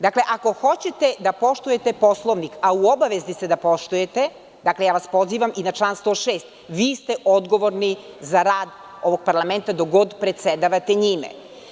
Dakle, ako hoćete da poštujete Poslovnik, a u obavezi ste da poštujete, dakle ja vas pozivam i na član 106. vi ste odgovorni za rad ovog parlamenta dok god predsedavate njime.